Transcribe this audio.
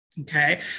okay